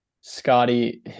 Scotty